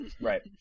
right